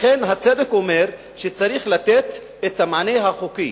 לכן הצדק אומר שצריך לתת את המענה החוקי